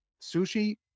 Sushi